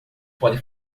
pode